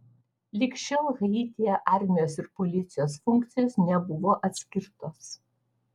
lig šiol haityje armijos ir policijos funkcijos nebuvo atskirtos